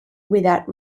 without